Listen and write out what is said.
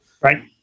Right